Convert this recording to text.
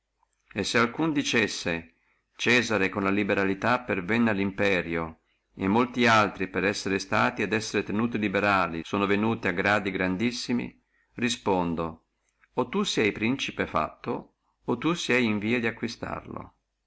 e se alcuno dicessi cesare con la liberalità pervenne allo imperio e molti altri per essere stati et essere tenuti liberali sono venuti a gradi grandissimi rispondo o tu se principe fatto o tu se in via di acquistarlo